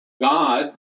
God